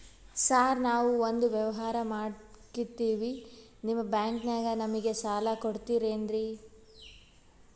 Sir ನಾವು ಒಂದು ವ್ಯವಹಾರ ಮಾಡಕ್ತಿವಿ ನಿಮ್ಮ ಬ್ಯಾಂಕನಾಗ ನಮಿಗೆ ಸಾಲ ಕೊಡ್ತಿರೇನ್ರಿ?